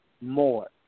more